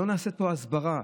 לא נעשית פה הסברה.